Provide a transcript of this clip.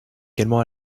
également